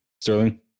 Sterling